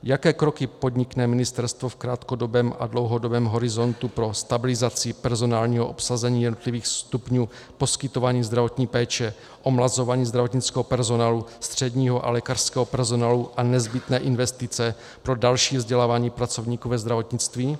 Jaké kroky podnikne ministerstvo v krátkodobém a dlouhodobém horizontu pro stabilizaci personálního obsazení jednotlivých stupňů poskytování zdravotní péče, omlazování zdravotnického personálu, středního a lékařského personálu a nezbytné investice pro další vzdělávání pracovníků ve zdravotnictví?